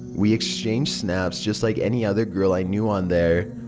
we exchanged snaps just like any other girl i knew on there.